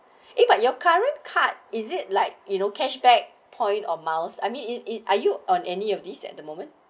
eh but your current card is it like you know cashback point or mouse I mean it it are you on any of these at the moment